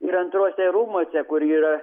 ir antruose rūmuose kur yra